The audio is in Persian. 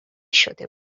شده